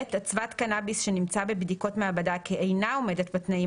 (ב) אצוות קנאביס שנמצא בבדיקות מעבדה כי אינה עומדת בתנאים